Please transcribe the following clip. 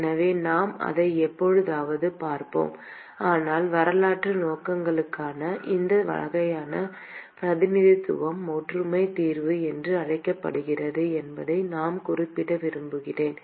எனவே நாம் அதை எப்போதாவது பார்ப்போம் ஆனால் வரலாற்று நோக்கங்களுக்காக இந்த வகையான பிரதிநிதித்துவம் ஒற்றுமை தீர்வு என்று அழைக்கப்படுகிறது என்பதை நான் குறிப்பிட விரும்புகிறேன்